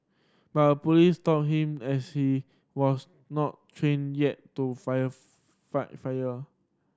but a police stopped him as he was not trained yet to fight fire fire